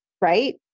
right